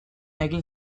egin